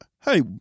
Hey